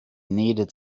needed